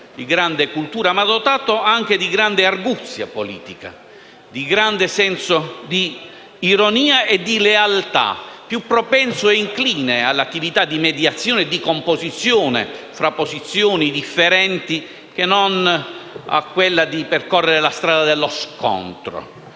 di grande cultura, ma dotato anche di grande arguzia politica, di grande senso di ironia e di lealtà, più propenso e incline all'attività di mediazione e di composizione tra posizioni differenti che non a percorrere la strada dello scontro.